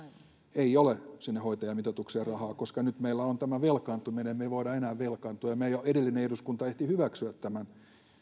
ei ole sinne hoitajamitoitukseen rahaa koska nyt meillä on tämä velkaantuminen me emme voi enää velkaantua ja meidän edellinen eduskunta ehti hyväksyä tämän